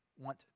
want